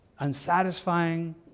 unsatisfying